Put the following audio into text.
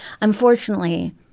unfortunately